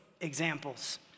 examples